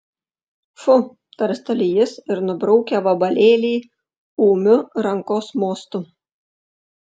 fu tarsteli jis ir nubraukia vabalėlį ūmiu rankos mostu